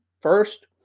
First